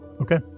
Okay